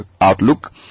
outlook